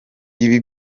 ibi